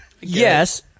Yes